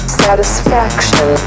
satisfaction